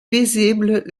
visible